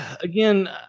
again